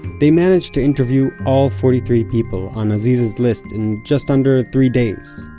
they managed to interview all forty-three people on aziz's list in just under three days.